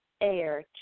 air